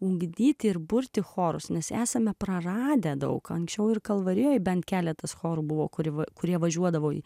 ugdyti ir burti chorus nes esame praradę daug anksčiau ir kalvarijoje bent keletas chorų buvo kurių kurie važiuodavo į